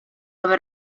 aver